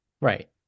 Right